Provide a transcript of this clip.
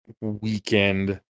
weekend